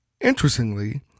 Interestingly